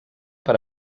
per